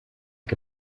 que